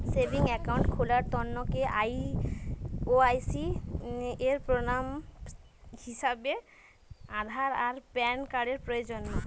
savings account খুলার তন্ন KYC এর প্রমাণ হিছাবে আধার আর প্যান কার্ড প্রয়োজন